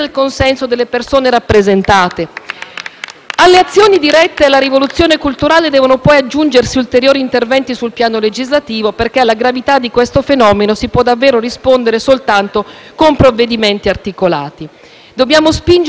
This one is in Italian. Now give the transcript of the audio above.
Alle azioni dirette alla rivoluzione culturale devono poi aggiungersi ulteriori interventi sul piano legislativo, perché alla gravità di questo fenomeno si può davvero rispondere soltanto con provvedimenti articolati. Dobbiamo spingere per un sistema di prevenzione organizzata,